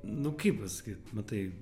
nu kaip pasakyt matai